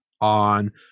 On